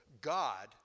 God